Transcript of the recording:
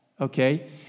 okay